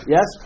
Yes